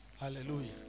Hallelujah